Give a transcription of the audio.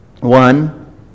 one